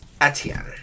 Etienne